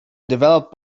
develop